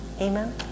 Amen